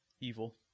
evil